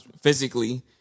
physically